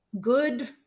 good